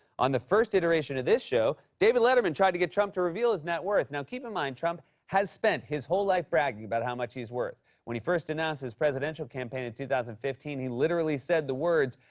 on the first iteration of this show, david letterman tried to get trump to reveal his net worth. now keep in mind, trump has spent his whole life bragging about how much he's worth. when he first announced his presidential campaign in two thousand and fifteen, he literally said the words,